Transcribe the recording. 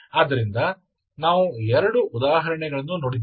ಆದ್ದರಿಂದ ನಾವು ಎರಡು ಉದಾಹರಣೆಗಳನ್ನು ನೋಡಿದ್ದೇವೆ